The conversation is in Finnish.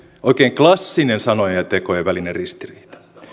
oikein klassinen sanojen ja tekojen välinen ristiriita